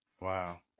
Wow